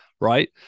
Right